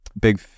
big